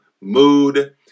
mood